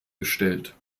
gestellt